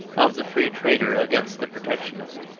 of the free-trader against the protectionist,